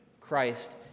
Christ